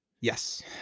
yes